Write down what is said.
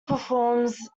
performs